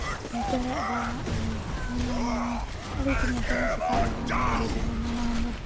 ᱪᱮᱬᱮᱭᱟᱜ ᱨᱟᱜ ᱦᱟᱱᱟ ᱱᱚᱣᱟ ᱟᱹᱰᱤ ᱠᱤᱪᱷᱩ ᱧᱮᱞ ᱛᱮᱱᱟᱜ ᱥᱮᱛᱟᱜ ᱵᱮᱲᱟ ᱟᱹᱭᱩᱵ ᱵᱮᱲᱟ ᱱᱟᱱᱟ ᱦᱩᱱᱟᱹᱨ